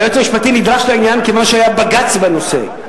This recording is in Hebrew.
היועץ המשפטי נדרש לעניין כיוון שהיה בג"ץ בנושא.